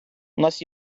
нас